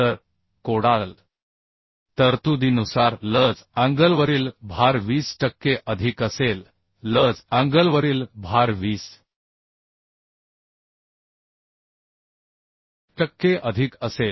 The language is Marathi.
तर कोडाल तरतुदीनुसार लज अँगलवरील भार 20 टक्के अधिक असेल लज अँगलवरील भार 20 टक्के अधिक असेल